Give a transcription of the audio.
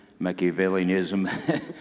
Machiavellianism